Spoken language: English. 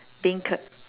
beancurd